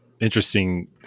interesting